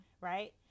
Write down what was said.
Right